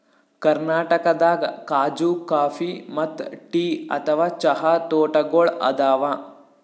ಕರ್ನಾಟಕದಾಗ್ ಖಾಜೂ ಕಾಫಿ ಮತ್ತ್ ಟೀ ಅಥವಾ ಚಹಾ ತೋಟಗೋಳ್ ಅದಾವ